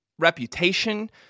reputation